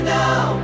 now